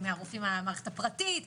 ומהרופאים במערכת הפרטית וכו',